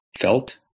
felt